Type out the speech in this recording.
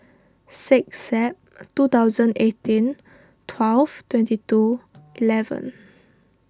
six Sep two thousand and eighteen twelve twenty two eleven